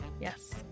Yes